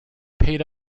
paid